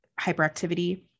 hyperactivity